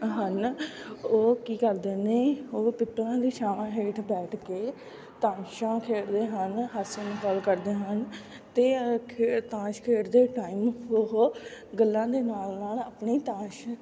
ਹਨ ਉਹ ਕੀ ਕਰਦੇ ਨੇ ਉਹ ਪਿੱਪਲਾਂ ਦੀ ਛਾਵਾਂ ਹੇਠ ਬੈਠ ਕੇ ਤਾਸ਼ਾਂ ਖੇਡਦੇ ਹਨ ਹਾਸੀ ਮਖੌਲ ਕਰਦੇ ਹਨ ਅਤੇ ਖੇ ਤਾਸ਼ ਖੇਡਦੇ ਟਾਈਮ ਉਹ ਗੱਲਾਂ ਦੇ ਨਾਲ ਨਾਲ ਆਪਣੀ ਤਾਸ਼